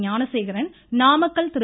Gnanasekaran Namakkal Thiru